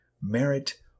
merit